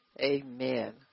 amen